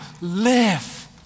live